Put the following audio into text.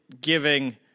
giving